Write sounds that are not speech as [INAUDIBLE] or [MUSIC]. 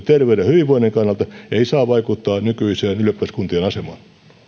[UNINTELLIGIBLE] terveyden ja hyvinvoinnin kannalta ei saa vaikuttaa nykyiseen ylioppilaskuntien asemaan